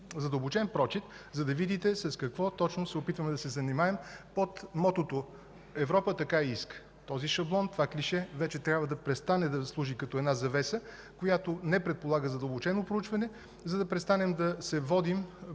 по-задълбочен прочит, за да видите с какво точно се опитваме да се занимаем под мотото „Европа така иска”. Този шаблон, това клише вече трябва да престане да служи като завеса, която не предполага задълбочено проучване, за да престанем да се водим